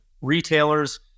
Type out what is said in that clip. retailers